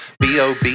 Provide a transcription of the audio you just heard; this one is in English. bob